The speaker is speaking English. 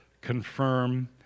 confirm